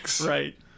Right